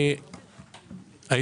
אדוני היושב-ראש,